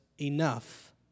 enough